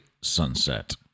sunset